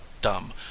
dumb